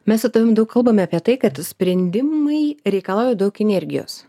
mes su tavim daug kalbame apie tai kad sprendimai reikalauja daug energijos